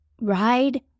Ride